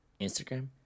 Instagram